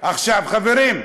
חברים,